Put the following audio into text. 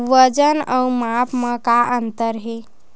वजन अउ माप म का अंतर हे?